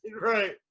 right